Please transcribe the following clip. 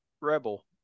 Rebel